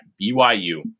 BYU